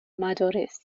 مدارس